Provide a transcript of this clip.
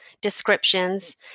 descriptions